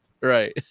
Right